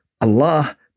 Allah